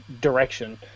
direction